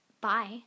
bye